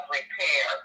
repair